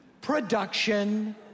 production